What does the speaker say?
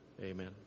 Amen